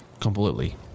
Completely